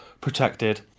protected